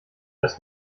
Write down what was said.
dass